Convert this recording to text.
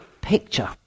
picture